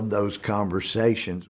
of those conversations